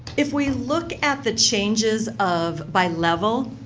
if we look at the changes of, by level,